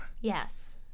Yes